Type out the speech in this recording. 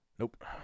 Nope